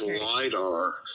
LiDAR